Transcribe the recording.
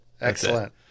Excellent